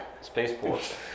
spaceport